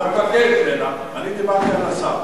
אני דיברתי על השר,